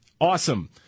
Awesome